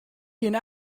kin